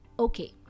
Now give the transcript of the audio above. okay